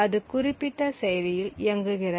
அது குறிப்பிட்ட செயலியில் இயங்குகிறது